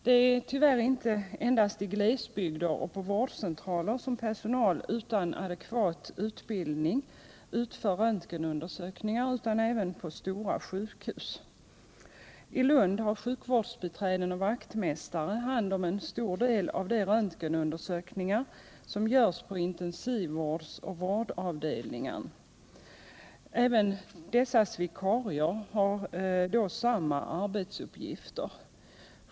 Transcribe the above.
Det är tyvärr inte endast i glesbygder och på vårdcentraler som personal utan adekvat utbildning utför röntgenundersökningar utan även på stora sjukhus. I Lund har sjukvårdsbiträden och vaktmästare hand om en stor del av de röntgenundersökningar som görs på intensivvårdsoch vårdavdelningar. Även dessas vikarier har då samma arbetsuppgifter.